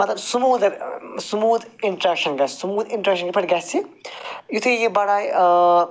مَطلَب سموٗد سموٗد اِنٹرٛیٚکشَن گَژھِ سموٗد اِنٹرٛیٚکشَن کِتھٕ پٲٹھۍ گَژھِ یُتھُے یہِ بَڈایہِ